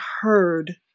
heard